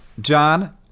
john